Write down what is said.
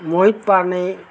मोहित पार्ने